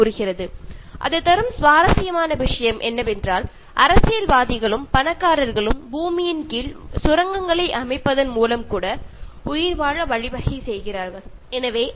മറ്റൊരു രസകരമായ കാര്യം ഇതിൽ പറയുന്നത് രാഷ്ട്രീയക്കാരും പണക്കാരും ഈ ബുദ്ധിമുട്ടുകളിൽ നിന്നും രക്ഷപ്പെടാൻ ഭൂമിക്കടിയിൽ തുരങ്കം നിർമിച്ചെന്നു വരാം